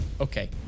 Okay